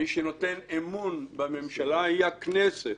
מי שנותן אמון בממשלה היא הכנסת,